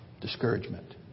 Discouragement